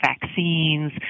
vaccines